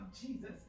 jesus